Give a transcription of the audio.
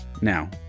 Now